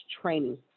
training